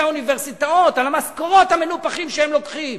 האוניברסיטאות על המשכורות המנופחות שהם לוקחים,